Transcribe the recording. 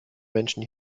menschen